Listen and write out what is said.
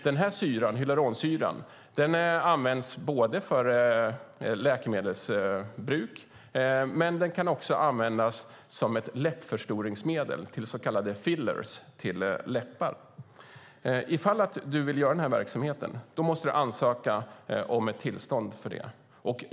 Denna syra används för läkemedelsbruk men kan också användas som läppförstoringsmedel, till så kallade fillers för läppar. Om du vill bedriva denna verksamhet måste du ansöka om tillstånd för det.